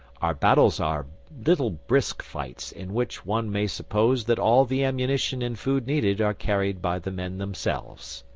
our battles are little brisk fights in which one may suppose that all the ammunition and food needed are carried by the men themselves.